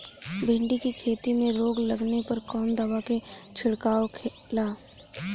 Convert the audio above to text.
भिंडी की खेती में रोग लगने पर कौन दवा के छिड़काव खेला?